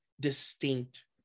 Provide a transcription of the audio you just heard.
distinct